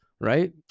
right